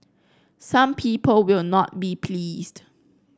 some people will not be pleased